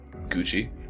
Gucci